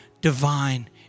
divine